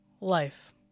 life